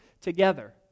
together